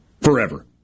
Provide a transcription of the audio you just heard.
Forever